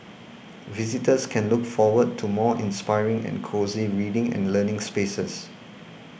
visitors can look forward to more inspiring and cosy reading and learning spaces